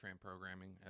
programming